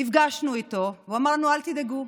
נפגשנו איתו, והוא אמר לנו: אל תדאגו.